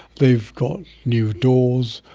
they've got new doors.